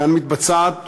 כאן מתבצעת,